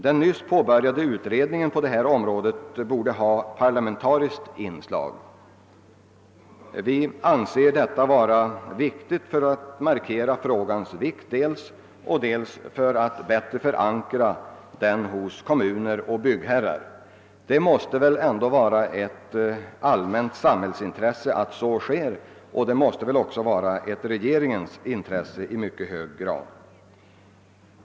Den nyss påbörjade utredningen på detta område borde ha parlamentariskt inslag. Vi anser detta vara viktigt för att markera frågans vikt och för att bättre förankra den hos kommuner och byggherrar. Det måste ändå vara ett allmänt samhällsintresse liksom i mycket hög grad ett regeringsintresse att så sker.